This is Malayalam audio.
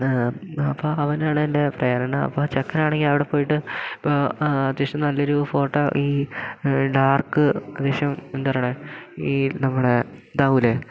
അപ്പം അവനാണ് എൻ്റെ പ്രേരണ അപ്പം ചെക്കനാണെങ്കി അവിടെ പോയിട്ട് ഇപ്പോൾ അത്യാവശ്യം നല്ലൊരു ഫോട്ടോ ഈ ഡാർക്ക് അത്യാവശ്യം എന്താ പറയ്ണത് ഈ നമ്മുടെ ദാവൂലെ